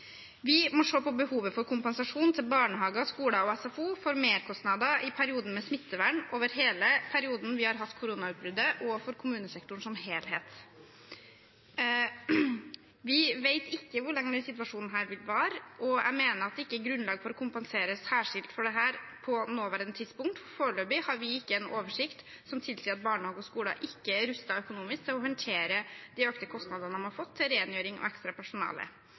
Vi må se på behovet for kompensasjon til barnehager, skoler og SFO for merkostnader i perioden med smittevern over hele perioden vi har hatt koronautbruddet, og for kommunesektoren som helhet. Vi vet ikke hvor lenge denne situasjonen vil vare, og jeg mener at det ikke er grunnlag for å kompensere særskilt for dette på det nåværende tidspunkt. Foreløpig har vi ikke en oversikt som tilsier at barnehager og skoler ikke er rustet økonomisk til å håndtere de økte kostnadene de har fått til rengjøring og ekstra personale,